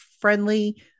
friendly